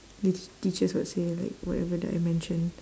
the teachers would say like whatever that I mentioned